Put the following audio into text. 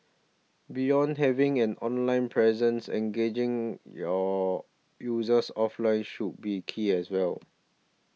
beyond having an online presence engaging your users offline should be key as well